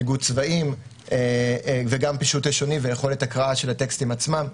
ניגוד צבעים וגם פישוט לשוני ויכולת הקראה של הטקסטים עצמם.